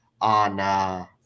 on